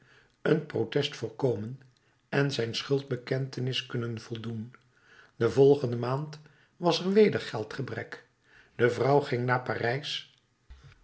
een protest voorkomen en zijn schuldbekentenis kunnen voldoen de volgende maand was er weder geldgebrek de vrouw ging naar parijs